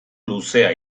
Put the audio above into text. luzea